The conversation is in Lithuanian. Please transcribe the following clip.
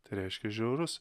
tai reiškia žiaurus